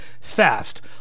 fast